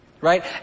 right